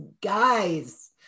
guys